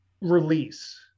release